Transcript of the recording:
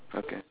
okay